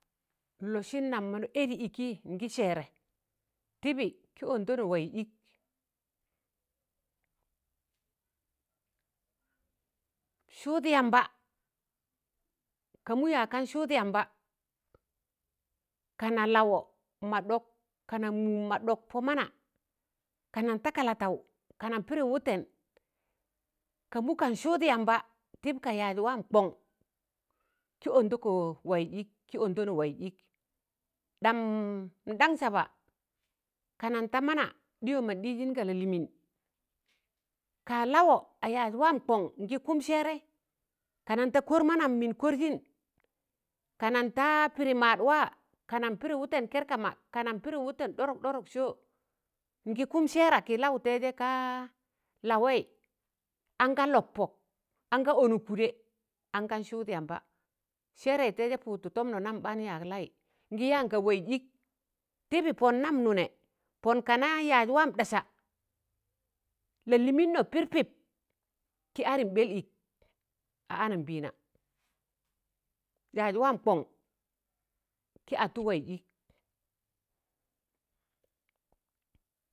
nlọsịn nam mọn gan ẹdị ịkị ngị sẹẹrẹ, tịbị kị ọndọnọ waịz ịk, sụụd yamba, ka mụ yak kan sụụd yamba, kanan lawọ ma ɗọk, kanan mụm ma ɗọk pọ mana, ka nan ta kalatau, ka nan pịrị wụtẹn, ka mụ kan sụụd yamba tịb ka yaz wam kọṇ kị ọndọkọ waịz ịk, kị ọndọnọ waịz ịk, ɗam n daṇ saba ka nan ta mana ɗịyọm man ɗịzịn ga lalịmịịn, ka lawọ a yaz wam kọn n'gị kụm sẹẹrẹị, kanan ta kọr manam, mịn kọr gịn, kananta pịrị maadwa ka nam pịrị wụtẹn kẹr kama, kanan pịrị wụ tẹn ɗọrọk ɗọrọk sọ, n'gị kụm sẹẹra kị laụ tẹịjẹ kaa, lawẹị anga lọp pọk, angan ọnụk kụdẹ an gan sụụd yamba, sẹẹrẹị taịzẹ pụụd tụ tọmnọ nam ɓaan yag laị ngị yaan ga waịz ịk tịbị pọn nam nụnẹ, pọnka na yaz wam ɗ̣asa, lalịịmin nọ pịr pịp kị arịm ɓ̣ẹl ịk, a anambịịna, yaz wam kọn kị atụ waịz ịk.